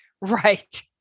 right